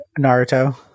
Naruto